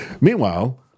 Meanwhile